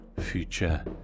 future